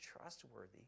trustworthy